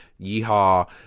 yeehaw